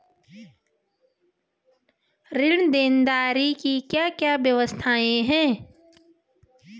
ऋण देनदारी की क्या क्या व्यवस्थाएँ हैं?